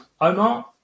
Omar